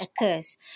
occurs